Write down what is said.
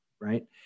right